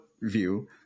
view